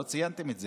לא ציינתם את זה.